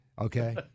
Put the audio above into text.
Okay